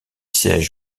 siège